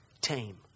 tame